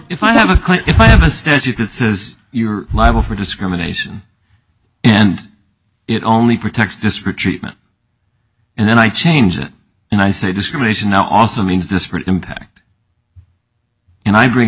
if i have a quote if i have a statute that says you're liable for discrimination and it only protects disparate treatment then i change it and i say discrimination also means disparate impact and i bring a